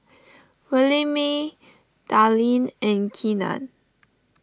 Williemae Darlene and Keenan